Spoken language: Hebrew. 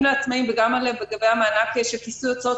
לעצמאיים וגם לגבי המענק לכיסוי הוצאות,